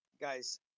Guys